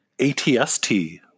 ATST